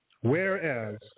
whereas